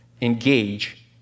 engage